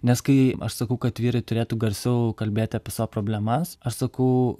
nes kai aš sakau kad vyrai turėtų garsiau kalbėti apie savo problemas aš sakau